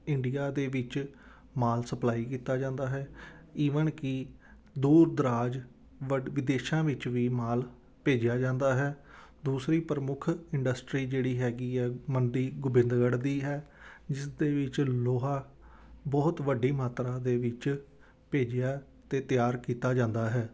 India ਦੇ ਵਿੱਚ ਮਾਲ ਸਪਲਾਈ ਕੀਤਾ ਜਾਂਦਾ ਹੈ ਈਵਨ ਕਿ ਦੂਰ ਦਰਾਜ ਵੱਡ ਵਿਦੇਸ਼ਾਂ ਵਿੱਚ ਵੀ ਮਾਲ ਭੇਜਿਆ ਜਾਂਦਾ ਹੈ ਦੂਸਰੀ ਪ੍ਰਮੁੱਖ ਇੰਡਸਟਰੀ ਜਿਹੜੀ ਹੈਗੀ ਹੈ ਮੰਡੀ ਗੋਬਿੰਦਗੜ੍ਹ ਦੀ ਹੈ ਜਿਸ ਦੇ ਵਿੱਚ ਲੋਹਾ ਬਹੁਤ ਵੱਡੀ ਮਾਤਰਾ ਦੇ ਵਿੱਚ ਭੇਜਿਆ ਅਤੇ ਤਿਆਰ ਕੀਤਾ ਜਾਂਦਾ ਹੈ